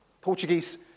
Portuguese